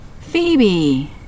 Phoebe